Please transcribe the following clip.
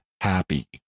happy